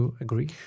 agree